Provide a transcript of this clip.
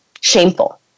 shameful